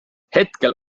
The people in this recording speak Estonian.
hetkel